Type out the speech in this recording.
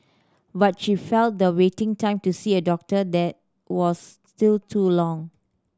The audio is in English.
but she felt the waiting time to see a doctor there was still too long